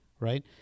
Right